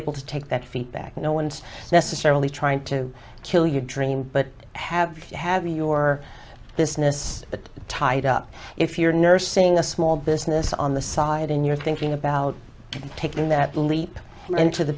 able to take that feedback no one's necessarily trying to kill your dream but have you have your business but tied up if you're nursing a small business on the side and you're thinking about taking that leap into the